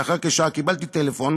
לאחר כשעה קיבלתי טלפון